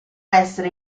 essere